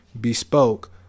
bespoke